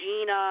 Gina